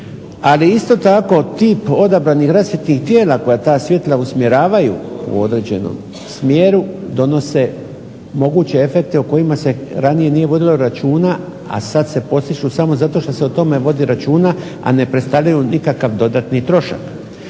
Ali isto tako tih odabranih rasvjetnih tijela koja ta svjetla usmjeravaju u određenom smjeru donose moguće efekte o kojima se nije ranije vodilo računa, a sada se podstiču samo zato što se o tome vodi računa, a ne predstavljaju nikakav dodatni trošak.